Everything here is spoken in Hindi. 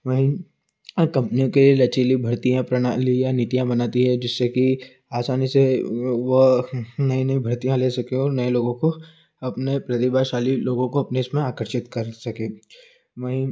वहीं कम्पनियों के लचीली भर्तियाँ प्रणाली या नीतियाँ बनाती है जिससे कि आसानी से वह नई नई भर्तियाँ ले सके और नए लोगों को अपने प्रतिभाशाली लोगों को अपने उसमें आकर्षित कर सके वहीं